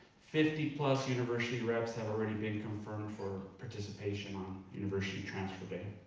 fifty university reps have already been confirmed for participation on university transfer day.